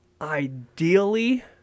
ideally